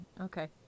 Okay